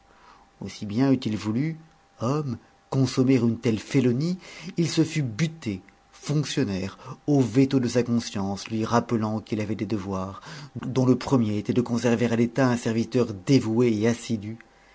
aussi bien eût-il voulu homme consommer une telle félonie il se fût buté fonctionnaire au veto de sa conscience lui rappelant qu'il avait des devoirs dont le premier était de conserver à l'état un serviteur dévoué et assidu